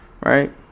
Right